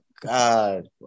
God